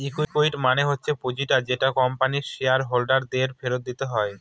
equity মানে হচ্ছে পুঁজিটা যেটা কোম্পানির শেয়ার হোল্ডার দের ফেরত দিতে হয়